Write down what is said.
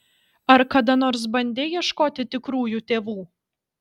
ar kada nors bandei ieškoti tikrųjų tėvų